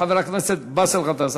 חבר הכנסת באסל גטאס.